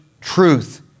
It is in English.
truth